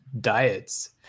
diets